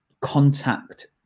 contact